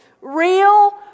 Real